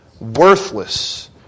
worthless